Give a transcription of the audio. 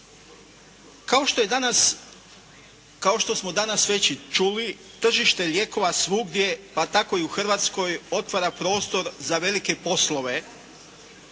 Kao što smo danas već i čuli tržište lijekova svugdje pa tako i u Hrvatskoj otvara prostor za velike poslove